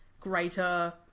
greater